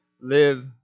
live